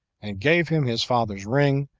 and gave him his father's ring,